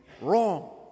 wrong